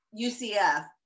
UCF